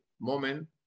moment